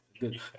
good